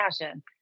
passion